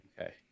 Okay